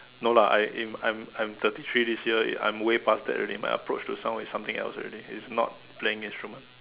no lah I eh I'm I'm thirty three this year eh I'm way pass that already my approach to someone is something else already it's not playing instrument